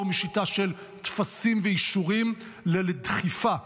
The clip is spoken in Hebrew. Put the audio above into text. משיטה של טפסים ואישורים אל דחיפה,